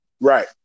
right